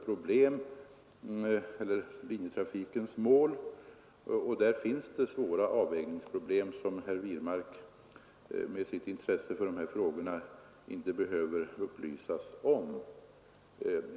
Där finns det svåra avvägningsproblem, som herr Wirmark med det intresse han hyser för dessa frågor inte behöver upplysas om.